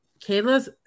kayla's